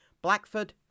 Blackford